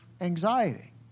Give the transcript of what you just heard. anxiety